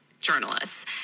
journalists